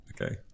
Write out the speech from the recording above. Okay